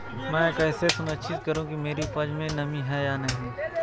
मैं कैसे सुनिश्चित करूँ कि मेरी उपज में नमी है या नहीं है?